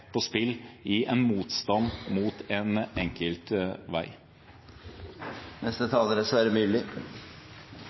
på spill i en motstand mot én enkelt vei.